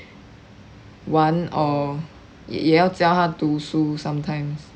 玩 or 也要教他读书 sometimes